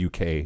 uk